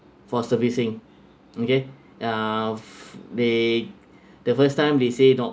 for servicing okay uh they the first time they say not